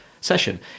session